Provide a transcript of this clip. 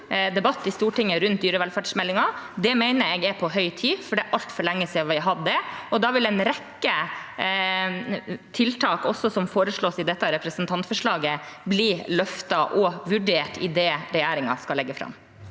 debatt i Stortinget rundt dyrevelferdsmeldingen. Det mener jeg er på høy tid, for det er altfor lenge siden vi har hatt det. Da vil en rekke tiltak som også foreslås i dette representantforslaget, bli løftet og vurdert i det regjeringen skal legge fram.